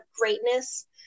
greatness